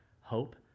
hope